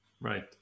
Right